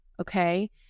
okay